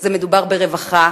מדובר ברווחה,